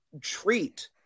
treat